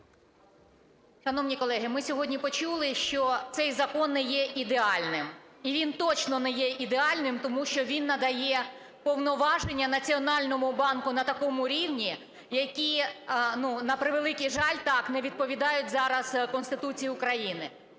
Шановні колеги, ми сьогодні почули, що цей закон не є ідеальним. І він точно не є ідеальним, тому що він надає повноваження Національному банку на такому рівні, які, на превеликий жаль, так, не відповідають зараз Конституції України.